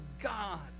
God